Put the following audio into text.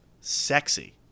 sexy